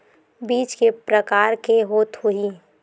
बीज के प्रकार के होत होही?